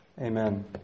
Amen